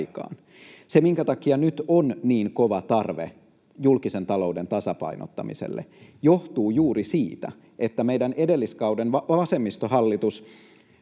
Se, minkä takia nyt on niin kova tarve julkisen talouden tasapainottamiselle, johtuu juuri siitä, että meidän edelliskauden vasemmistohallitus